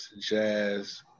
Jazz